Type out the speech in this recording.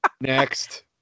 Next